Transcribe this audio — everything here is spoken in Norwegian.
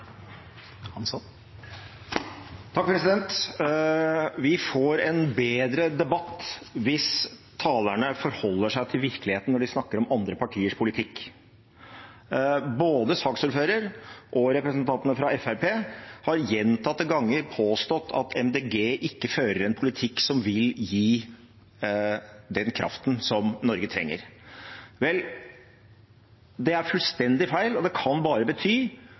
Vi får en bedre debatt hvis talerne forholder seg til virkeligheten når de snakker om andre partiers politikk. Både saksordføreren og representantene fra Fremskrittspartiet har gjentatte ganger påstått at Miljøpartiet De Grønne ikke fører en politikk som vil gi den kraften som Norge trenger. Vel, det er fullstendig feil, og det kan bare bety